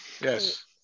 Yes